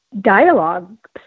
dialogue